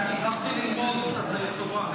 הלכתי ללמוד תורה.